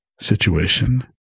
situation